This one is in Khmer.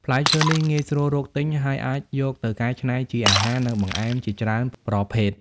ផ្លែឈើនេះងាយស្រួលរកទិញ ហើយអាចយកទៅកែច្នៃជាអាហារ និងបង្អែមជាច្រើនប្រភេទ។